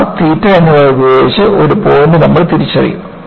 R theta എന്നിവ ഉപയോഗിച്ച് ഒരു പോയിന്റ് നമ്മൾ തിരിച്ചറിയും